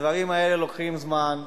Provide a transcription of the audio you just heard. הדברים האלה לוקחים זמן.